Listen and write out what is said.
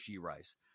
Rice